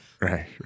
right